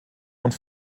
und